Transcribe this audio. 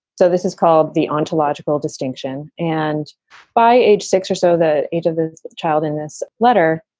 so this is called the ontological distinction. and by age six or so, the age of the child in this letter,